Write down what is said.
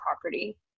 property